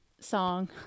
song